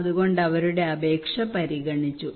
അതുകൊണ്ട് അവരുടെ അപേക്ഷ പരിഗണിച്ചു